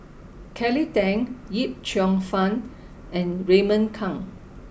Kelly Tang Yip Cheong Fun and Raymond Kang